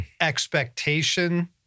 expectation